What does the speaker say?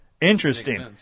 Interesting